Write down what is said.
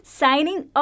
signing